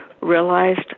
realized